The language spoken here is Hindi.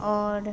और